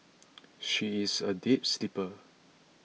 she is a deep sleeper